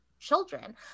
children